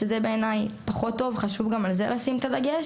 מה שבעיניי פחות טוב וחשוב גם על זה לשים את הדגש.